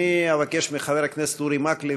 מאת חברי הכנסת זהבה גלאון,